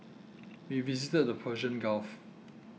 we visited the Persian Gulf